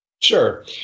Sure